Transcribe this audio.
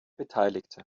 beteiligte